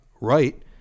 right